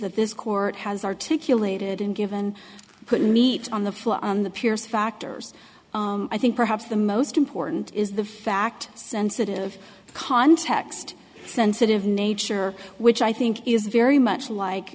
that this court has articulated and given put meat on the floor on the piers factors i think perhaps the most important is the fact sensitive context sensitive nature which i think is very much like